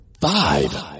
Five